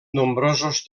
nombrosos